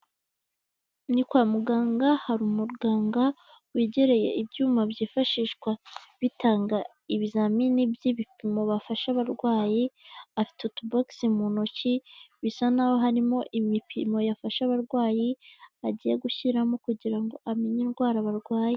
Ni kwa muganga hari umuganga wegereye ibyuma byifashishwa bitanga ibizamini by'ibipimo bafasha abarwayi, afite utubogisi mu ntoki bisa naho harimo ibipimo yafashe abarwayi agiye gushyiramo kugira ngo amenye indwara barwaye.